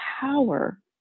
power